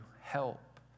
help